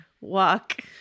walk